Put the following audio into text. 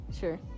Sure